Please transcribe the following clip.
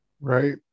Right